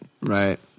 Right